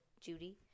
Judy